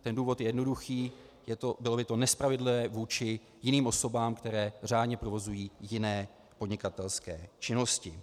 Ten důvod je jednoduchý bylo by to nespravedlivé vůči jiným osobám, které řádně provozují jiné podnikatelské činnosti.